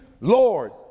Lord